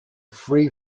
free